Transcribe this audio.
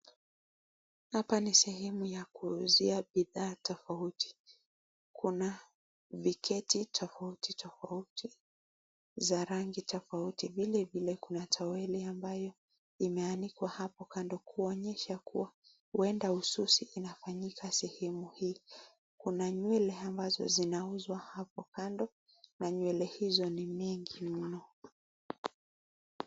Hapa ni sehemu ya kuuzia bidhaa tofauti. Kuna viketi tofauti tofauti za rangi tofauti. Vile vile kuna toweli ambayo imeanikwa hapo kando kuonyesha kuwa huenda ususi inafanyika sehemu hii. Kuna nywele ambazo zinauzwa hapo kando na nywele hizo ni mingi mno.